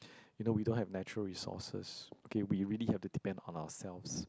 you know we don't have natural resources okay we really have to depend on ourselves